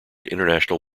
international